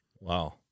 wow